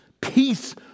peace